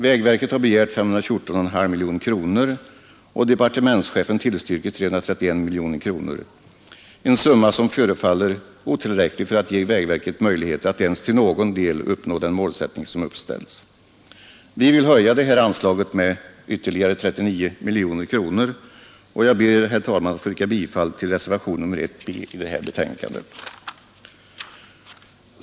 Vägverket har begärt 514,5 miljoner kronor, och departementschefen tillstyrker 331 miljoner kronor — en summa som förefaller oss otillräcklig för att ge vägverket möjligheter att ens till någon del uppnå den målsättning som uppställts. Vi vill höja detta anslag med 39 miljoner kronor, och jag ber, herr talman, att få yrka bifall till reservation nr I bi detta betänkande.